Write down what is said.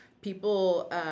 people